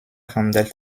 handelt